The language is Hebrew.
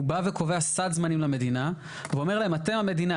הוא בא וקובע סד זמנים למדינה והוא אומר להם אתם המדינה,